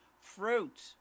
fruit